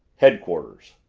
headquarters,